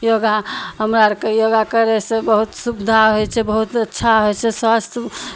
योगा हमरा अरकेँ योगा करयसँ बहुत सुविधा होइ छै बहुत अच्छा होइ छै स्वास्थ्य